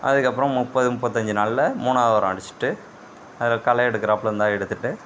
அதுக்கப்பறம் முப்பது முப்பத்தஞ்சு நாளில் மூணாவது உரம் அடித்திட்டு அதில் களை எடுக்குறாப்புல இருந்தால் எடுத்துட்டு